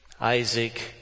Isaac